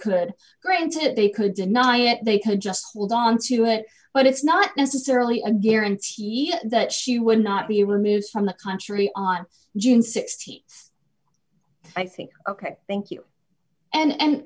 could granted they could deny it they could just hold on to it but it's not necessarily a guarantee that she will not be removed from the country on june th i think ok thank you and